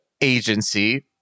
agency